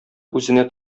үзенә